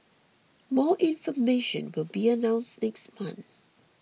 more information will be announced next month